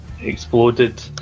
exploded